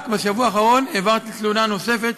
רק בשבוע האחרון העברתי תלונה נוספת